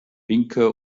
pinke